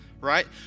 right